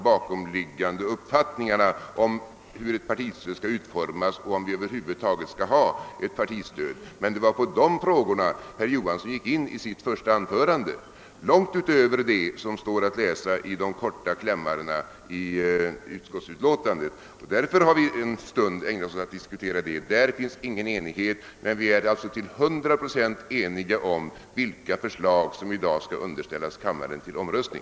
bakomliggande uppfattningarna ...om hur ett partistöd skall utformas eller om vi över huvud taget skall ha ett partistöd. Men det var de frågorna som herr Johansson i Trollhättan tog upp i sitt första anförande, och de går långt utöver vad som står att läsa i de korta klämmarna i utlåtandet. Därför har vi en stund ägnat oss åt att diskutera dem. Där råder ingen enighet, men vi är som sagt till 100 procent eniga om vilka förslag som i dag skall underställas riksdagen för prövning.